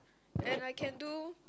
and I can do